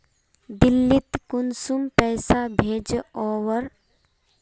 दिल्ली त कुंसम पैसा भेज ओवर?